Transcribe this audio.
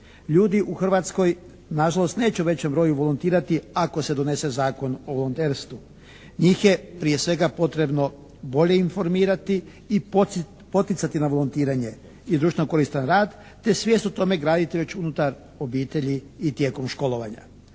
Ljudi u Hrvatskoj na žalost neće u većem broju volontirati ako se donese Zakon o volonterstvu. Njih je prije svega potrebno bolje informirati i poticati na volontiranje i društveno koristan rad te svijest o tome graditi već unutar obitelji i tijekom školovanja.